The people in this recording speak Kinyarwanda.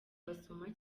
basoma